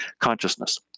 consciousness